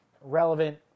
relevant